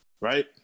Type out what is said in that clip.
right